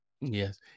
Yes